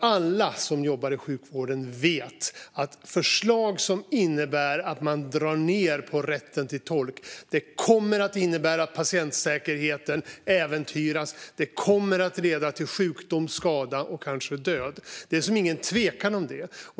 Alla som jobbar i sjukvården vet nämligen att förslag som innebär att man drar ned på rätten till tolk kommer att innebära att patientsäkerheten äventyras, och det kommer att leda till sjukdom, skada och kanske död. Det är ingen tvekan om det.